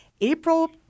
April